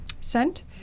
sent